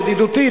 ידידותי,